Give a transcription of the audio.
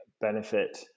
benefit